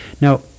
Now